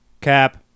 Cap